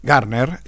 Garner